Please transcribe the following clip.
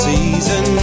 Season